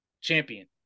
champion